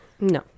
No